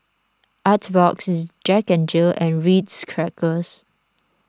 Artbox Jack Jill and Ritz Crackers